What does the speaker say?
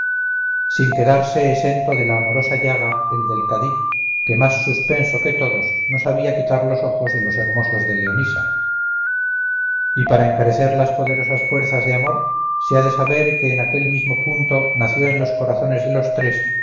sin quedarse esento de la amorosa llaga el del cadí que más suspenso que todos no sabía quitar los ojos de los hermosos de leonisa y para encarecer las poderosas fuerzas de amor se ha de saber que en aquel mismo punto nació en los corazones de los tres